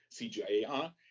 CGIAR